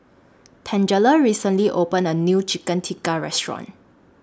Tangela recently opened A New Chicken Tikka Restaurant